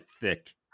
thick